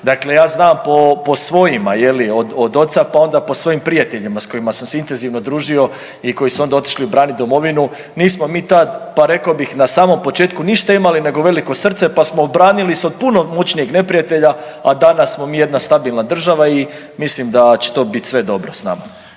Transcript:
Dakle ja znam po svojima, je li, od oca pa onda po svojim prijateljima s kojima sam se intenzivno družio i koji su onda otišli braniti domovinu, nismo mi tad, pa rekao bih, na samom početku ništa imali nego veliko srce pa smo obranili se od puno moćnijeg neprijatelja, a danas smo mi jedna stabilna država i mislim da će to biti sve dobro s nama.